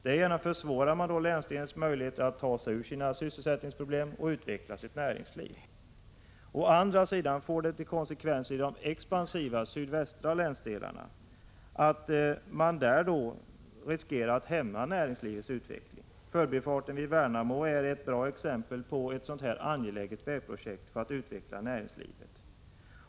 Därigenom försvåras länsdelens möjligheter att ta sig ur sina sysselsättningsproblem och utveckla sitt näringsliv. Å andra sidan blir konsekvensen i de expansiva sydvästra länsdelarna att man där riskerar att hämma näringslivets utveckling. Förbifart vid Värnamo är ett bra exempel på ett angeläget vägprojekt som behövs för att utveckla näringslivet.